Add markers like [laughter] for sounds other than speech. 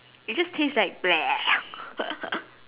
it just taste like [noise] [laughs]